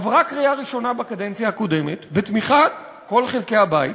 עברה קריאה ראשונה בקדנציה הקודמת בתמיכת כל חלקי הבית,